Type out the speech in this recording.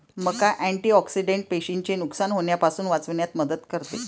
मका अँटिऑक्सिडेंट पेशींचे नुकसान होण्यापासून वाचविण्यात मदत करते